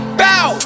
bow